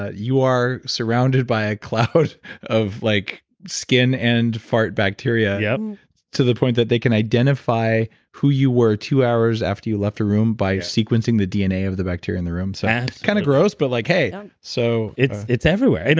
ah you are surrounded by a cloud of like skin skin and fart bacteria yeah to the point that they can identify who you were two hours after you left the room by sequencing the dna of the bacteria in the room. so that's kind of gross, but like, hey yeah so it's it's everywhere. and